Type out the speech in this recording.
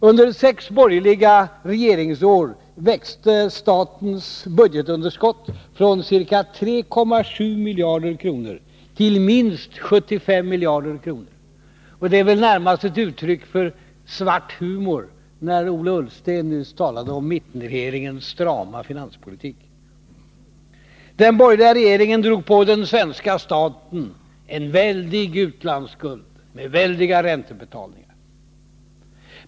Under sex borgerliga regeringsår växte statens budgetunderskott från ca 3,7 miljarder kronor till minst 75 miljarder. Det är väl närmast ett uttryck för svart humor när Ola Ullsten, som nyss, talar om mittenregeringens strama finanspolitik. Den borgerliga regeringen drog på den svenska staten en väldig utlandsskuld med väldiga räntebetalningar.